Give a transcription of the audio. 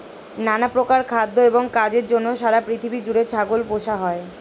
নানা প্রকার খাদ্য এবং কাজের জন্য সারা পৃথিবী জুড়ে ছাগল পোষা হয়